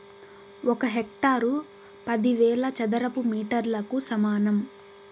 ఒక హెక్టారు పదివేల చదరపు మీటర్లకు సమానం